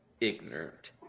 ignorant